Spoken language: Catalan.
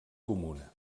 comuna